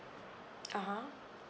(uh huh)